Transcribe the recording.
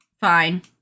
Fine